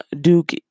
Duke